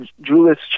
Julius